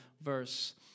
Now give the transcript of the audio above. verse